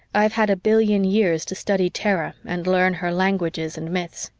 i've had a billion years to study terra and learn her languages and myths.